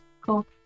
Cool